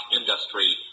industry